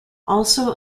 also